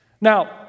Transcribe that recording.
Now